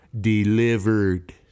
delivered